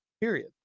period